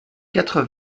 quatre